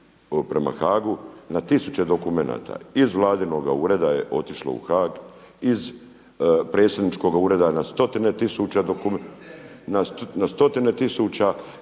Prema Haagu na tisuće dokumenata iz vladinoga ureda je otišlo u Haag iz predsjedničkoga ureda na stotine tisuća i